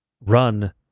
Run